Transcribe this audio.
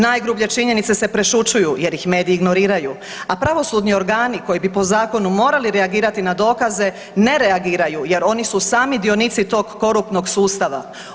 Najgrublje činjenice se prešućuju jer ih mediji ignoriraju, a pravosudni organi koji bi po zakonu morali reagirati na dokaze ne reagiraju jer oni su sami dionici tog koruptivnog sustava.